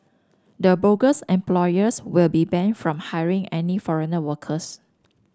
the bogus employers will be banned from hiring any foreigner workers